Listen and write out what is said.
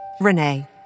Renee